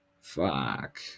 Fuck